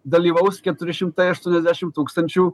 dalyvaus keturi šimtai aštuoniasdešim tūkstančių